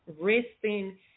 resting